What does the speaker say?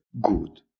good